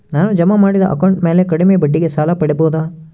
ನಾನು ಜಮಾ ಮಾಡಿದ ಅಕೌಂಟ್ ಮ್ಯಾಲೆ ಕಡಿಮೆ ಬಡ್ಡಿಗೆ ಸಾಲ ಪಡೇಬೋದಾ?